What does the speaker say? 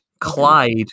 Clyde